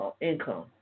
income